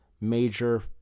major